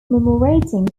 commemorating